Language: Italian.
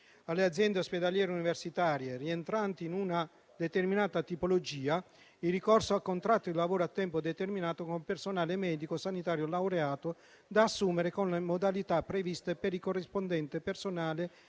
alle aziende ospedaliere universitarie rientranti in una determinata tipologia, il ricorso a contratti di lavoro a tempo determinato con personale medico sanitario laureato da assumere con le modalità previste per il corrispondente personale